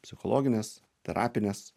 psichologines terapines